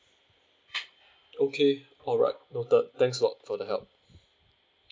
okay alright noted thanks a lot for the help